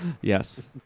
Yes